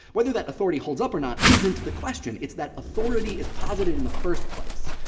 whether that authority holds up or not isn't the question. it's that authority is posited in the first place.